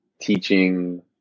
teaching